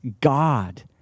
God